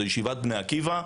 שזה ישיבת בני עקיבא,